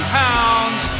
pounds